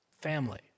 family